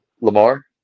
Lamar